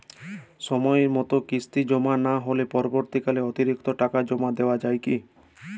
সময় মতো কিস্তি জমা না হলে পরবর্তীকালে অতিরিক্ত টাকা জমা দেওয়া য়ায় কি?